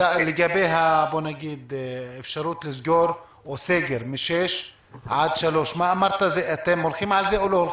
לגבי האפשרות לסגר מהשעות 18:00 עד 03:00 אתם הולכים על זה או לא?